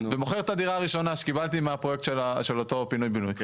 ומוכר את הדירה הראשונה שקיבלתי בפרויקט של אותו פינוי בינוי.